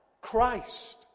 Christ